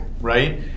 right